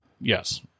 Yes